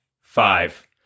five